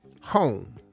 home